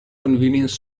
convenience